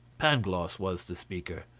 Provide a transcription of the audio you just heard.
pangloss was the speaker.